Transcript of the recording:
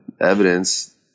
evidence